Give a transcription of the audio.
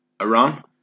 Iran